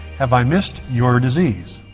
have i missed your disease